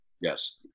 Yes